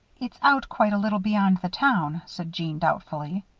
it's out quite a little beyond the town, said jeanne, doubtfully.